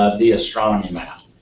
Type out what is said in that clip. ah the astronomy map,